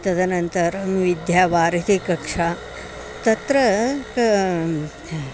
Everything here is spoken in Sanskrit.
तदनन्तरं विद्यावारिधिकक्षा तत्र काम्